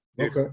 okay